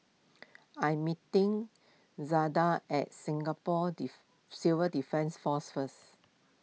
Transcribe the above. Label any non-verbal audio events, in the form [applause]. I meeting Zaida at Singapore [unintelligible] Civil Defence force first